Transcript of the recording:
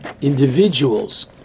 individuals